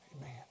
Amen